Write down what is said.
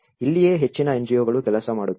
ಇಲ್ಲಿಯೇ ಹೆಚ್ಚಿನ ಎನ್ಜಿಒಗಳು ಕೆಲಸ ಮಾಡುತ್ತವೆ